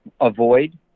avoid